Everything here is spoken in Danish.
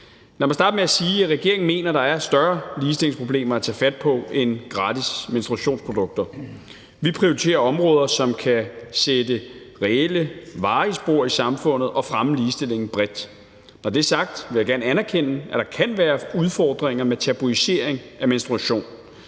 regeringen mener, at der er større ligestillingsproblemer at tage fat på end gratis menstruationsprodukter. Vi prioriterer områder, som kan sætte reelle, varige spor i samfundet og fremme ligestillingen bredt. Når det er sagt, vil jeg gerne anerkende, at der kan være udfordringer med tabuisering af menstruation.